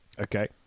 Okay